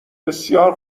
بسیار